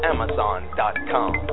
Amazon.com